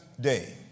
day